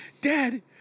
Dad